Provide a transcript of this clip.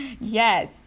Yes